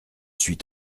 suis